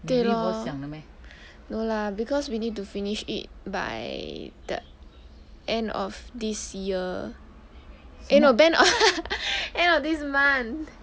对 lor no lah because we need to finish it by the end of this year eh no band end of this month